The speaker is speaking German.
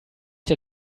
der